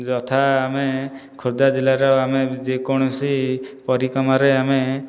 ଯଥା ଆମେ ଖୋର୍ଦ୍ଧା ଜିଲ୍ଲାର ଆମେ ଯେକୌଣସି ପରିକ୍ରମାରେ ଆମେ